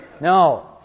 No